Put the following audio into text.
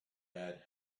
had